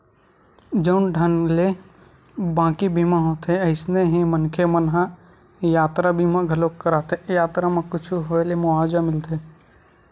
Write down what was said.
जउन ढंग ले बाकी बीमा होथे अइसने ही मनखे मन ह यातरा बीमा घलोक कराथे यातरा म कुछु होय ले मुवाजा मिलथे